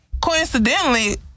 coincidentally